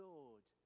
Lord